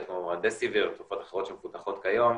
כמו הרמידסיביר ותרופות אחרות שמפותחות כיום,